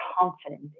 confidence